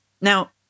Now